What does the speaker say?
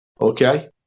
Okay